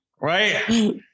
Right